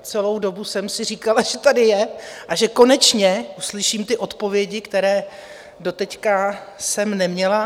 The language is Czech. Celou dobu jsem si říkala, že tady je a že konečně uslyším odpovědi, které doteď jsem neměla.